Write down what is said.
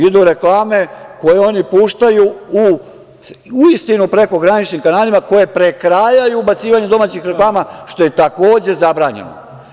Idu reklame koje oni puštaju uistinu prekograničnim kanalima koje prekrajaju ubacivanjem domaćih reklama, što je takođe zabranjeno.